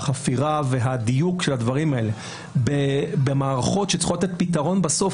החפירה והדיוק של הדברים האלה במערכות שצריכות לתת פתרון בסוף,